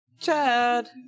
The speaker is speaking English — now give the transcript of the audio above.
Chad